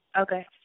Okay